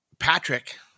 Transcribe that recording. Patrick